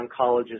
oncologist